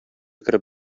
кереп